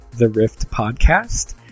theriftpodcast